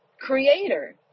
creator